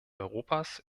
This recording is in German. europas